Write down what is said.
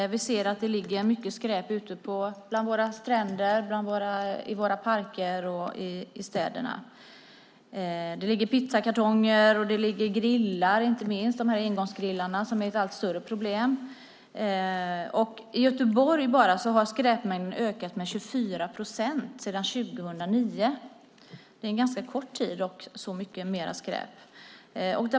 Vi ser att det ligger mycket skräp ute på våra stränder, i våra parker och i städerna. Det ligger pizzakartonger och inte minst grillar - engångsgrillarna är ett allt större problem. Bara i Göteborg har skräpmängden ökat med 24 procent sedan 2009. Det är en ganska kort tid och ändå så mycket mer skräp.